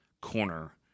corner